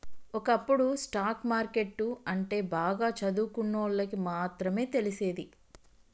ఒకప్పుడు stock market అంటే బాగా చదువుకున్నోళ్ళకి మాత్రమే తెలిసేది